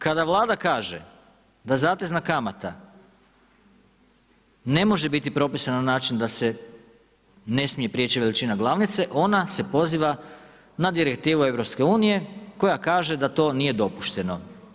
Kada Vlada kaže da zatezna kamata ne može biti propisana na način da se ne smije prijeći veličina glavnice ona se poziva na direktivu EU koja kaže da to nije dopušteno.